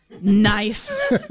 Nice